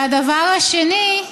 והדבר השני,